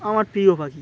আমার প্রিয় পাখি